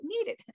needed